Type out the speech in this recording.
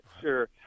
sure